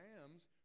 rams